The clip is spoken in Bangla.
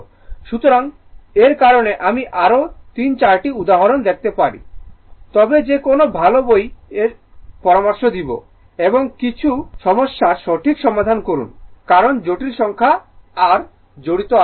সুতরাং এর কারণে আমি আরও 3 4 টি উদাহরণ দেখাতে পারি তবে যে কোনও ভাল বই এর আমি পরামর্শ দিব এবং কিছু সমস্যার সঠিক সমাধান করুন কারণ জটিল সংখ্যায় r জড়িত আছে সময় দেখুন 3154